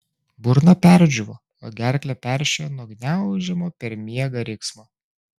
burna perdžiūvo o gerklę peršėjo nuo gniaužiamo per miegą riksmo